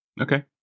Okay